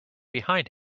behind